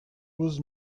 was